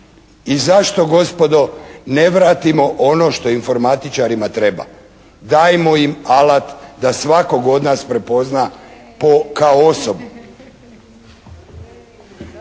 I zašto gospodo ne vratimo ono što informatičarima treba? Dajmo im alat da svakog od nas prepozna po, kao osobu.